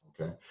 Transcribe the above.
Okay